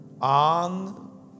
on